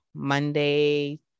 monday